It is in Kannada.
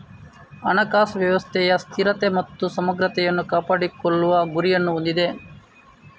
ಹಣಕಾಸು ವ್ಯವಸ್ಥೆಯ ಸ್ಥಿರತೆ ಮತ್ತು ಸಮಗ್ರತೆಯನ್ನು ಕಾಪಾಡಿಕೊಳ್ಳುವ ಗುರಿಯನ್ನು ಹೊಂದಿದೆ